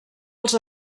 els